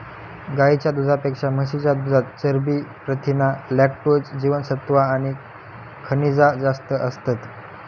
गाईच्या दुधापेक्षा म्हशीच्या दुधात चरबी, प्रथीना, लॅक्टोज, जीवनसत्त्वा आणि खनिजा जास्त असतत